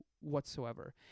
whatsoever